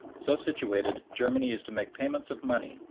so situated, germany is to make payments of money,